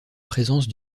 présence